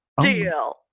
deal